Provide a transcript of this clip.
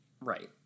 Right